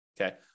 okay